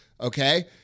Okay